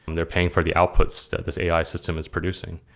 they're paying for the outputs this ai system is producing.